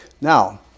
Now